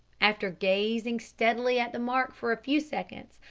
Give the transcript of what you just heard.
after gazing steadily at the mark for a few seconds,